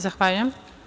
Zahvaljujem.